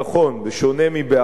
בשונה מבעבר,